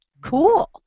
cool